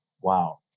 wow